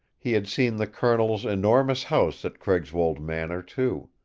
he had seen the colonel's enormous house at craigswold manor, too.